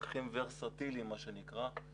מפקחים ורסטיליים, מה שנקרא,